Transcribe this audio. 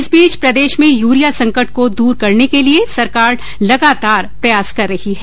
इस बीच प्रदेश में यूरिया संकट को दूर करने के लिये सरकार लगातार प्रयास कर रही है